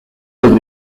del